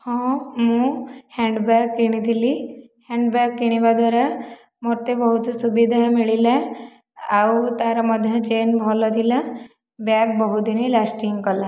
ହଁ ମୁଁ hand bag କିଣିଥିଲି ହ୍ୟାଣ୍ଡ୍ ବ୍ୟାଗ୍ କିଣିବା ଦ୍ଵାରା ମତେ ବହୁତ ସୁବିଧା ମିଳିଲା ଆଉ ତାର ମଧ୍ୟ ଚେନ୍ ଭଲ ଥିଲା ବ୍ୟାଗ୍ ବହୁତ ଦିନି ଲାସ୍ଟିଂ କଲା